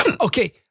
Okay